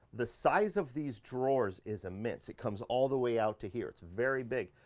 the size of these drawers is immense. it comes all the way out to here. it's very big.